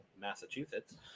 Massachusetts